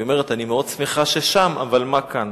והיא אומרת: אני מאוד שמחה ששם, אבל מה כאן?